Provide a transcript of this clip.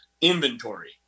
inventory